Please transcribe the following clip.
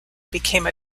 became